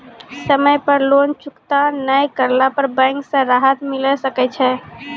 समय पर लोन चुकता नैय करला पर बैंक से राहत मिले सकय छै?